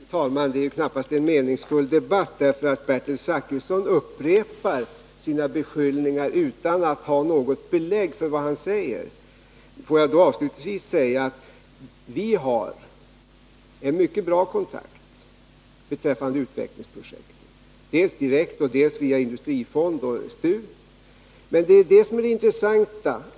Fru talman! Detta är knappast en meningsfull debatt, eftersom Bertil Zachrisson upprepar sina beskyllningar utan att ha något belägg för vad han säger. Får jag avslutningsvis betona att vi har mycket bra kontakter beträffande utvecklingsprojekten, dels direkt, dels via industrifonden och STU.